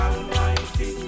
Almighty